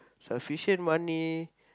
sufficient money